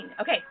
Okay